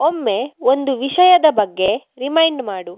ಒಮ್ಮೆ ಒಂದು ವಿಷಯದ ಬಗ್ಗೆ ರಿಮೈಂಡ್ ಮಾಡು